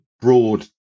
broad